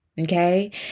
okay